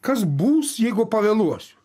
kas bus jeigu pavėluosiu